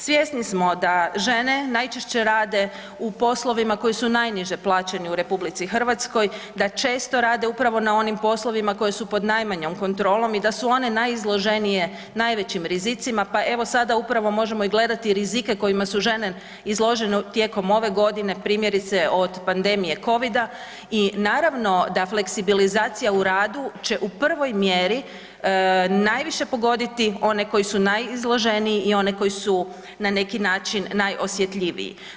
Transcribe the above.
Svjesni smo da žene najčešće rade u poslovima koji su najniže plaćeni u RH, da često rade upravo na onim poslovima koji su pod najmanjom kontrolom i da su one najizloženije najvećim rizicima, pa evo sada upravo možemo i gledati rizike kojima su žene izložene tijekom ove godine, primjerice od pandemije covida i naravno da fleksibilizacija u radu će u prvoj mjeri najviše pogoditi one koji su najizloženiji i one koji su na neki način najosjetljiviji.